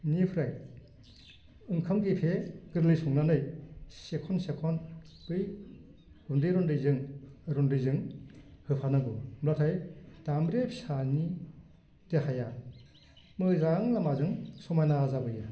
बिनिफ्राइ ओंखाम गेफे गोरलै संनानै सेखन सेखन बै गुन्दै रन्दैजों रन्दैजों होफानांगौ होनब्लाथाय दामब्रि फिसानि देहाया मोजां लामाजों समायना जाबोयो